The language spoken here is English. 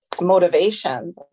motivation